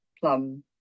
plum